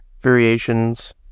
Variations